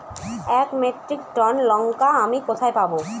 এক metric tonne লঙ্কা আমি কোথায় পাবো?